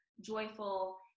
joyful